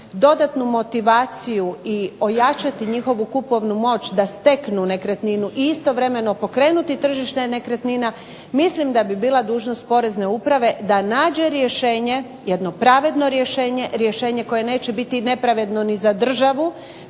dodatnu motivaciju i ojačati njihovu kupovnu moć da steknu nekretninu i istovremeno pokrenuti tržište nekretnina, mislim da bi bila dužnost POrezne uprave da nađe rješenje, jedno pravedno rješenje, rješenje koje neće biti nepravedno ni za državu,